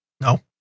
no